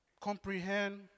comprehend